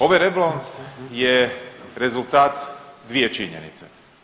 Ove rebalans je rezultat dvije činjenice.